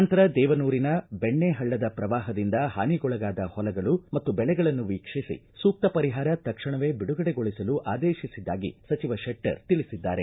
ನಂತರ ದೇವನೂರಿನ ಬೆಣ್ಣೆ ಪಳ್ಳದ ಪ್ರವಾಪದಿಂದ ಪಾನಿಗೊಳಗಾದ ಹೊಲಗಳು ಮತ್ತು ಬೆಳೆಗಳನ್ನು ವೀಕ್ಷಿಸಿ ಸೂಕ್ತ ಪರಿಹಾರ ತಕ್ಷಣವೇ ಬಿಡುಗಡೆಗೊಳಿಸಲು ಆದೇಶಿಸಿದ್ದಾಗಿ ಸಚಿವ ಶೆಟ್ಟರ್ ತಿಳಿಸಿದ್ದಾರೆ